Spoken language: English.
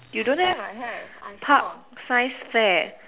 you don't have part science fair